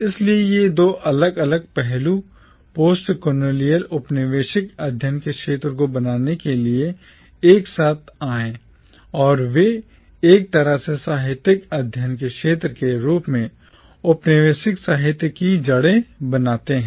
इसलिए ये दो अलग अलग पहलू postcolonial औपनिवेशिक अध्ययन के क्षेत्र को बनाने के लिए एक साथ आए और वे एक तरह से साहित्यिक अध्ययन के क्षेत्र के रूप में औपनिवेशिक साहित्य की जड़ें बनाते हैं